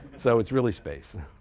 so it's really space.